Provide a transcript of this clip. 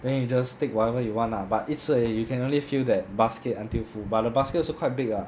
then you just take whatever you want lah but 一次而已 you can only fill that basket until full but the basket also quite big ah